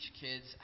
kids